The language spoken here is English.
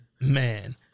Man